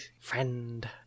Friend